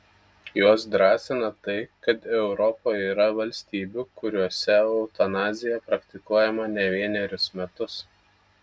juos drąsina tai kad europoje yra valstybių kuriose eutanazija praktikuojama ne vienerius metus